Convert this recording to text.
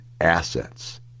assets